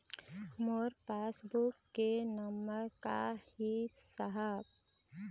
मोर pass book के नंबर का ही साहब?